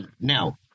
now